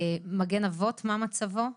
מגן אבות, מה מצבו?